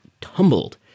tumbled